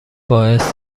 باعث